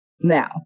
now